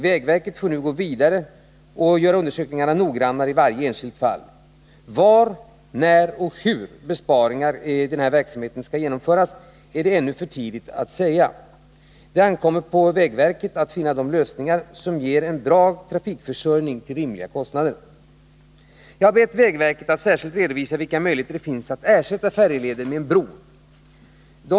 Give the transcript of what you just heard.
Vägverket får nu gå vidare och fördjupa undersökningarna i varje enskilt fall. Var, när och hur besparingar i verksamheten skall genomföras är det ännu för tidigt att uttala sig om. Det ankommer på verket att söka finna de lösningar som ger en grundläggande trafikförsörjning till rimliga kostnader. Jag har bett vägverket att särskilt redovisa vilka möjligheter det finns att ersätta färjeleder med en broförbindelse.